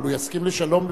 אבל הוא יסכים לשלום,